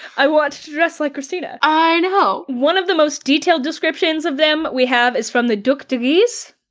i want to dress like kristina. v i know! one of the most detailed descriptions of them we have is from the duc de guise,